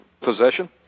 possession